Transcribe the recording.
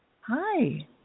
Hi